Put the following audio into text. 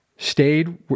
Stayed